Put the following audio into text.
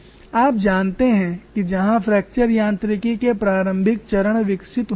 आप जानते हैं कि जहां फ्रैक्चर यांत्रिकी के प्रारंभिक चरण विकसित हुए हैं